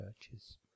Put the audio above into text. churches